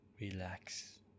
relax